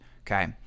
Okay